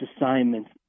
assignments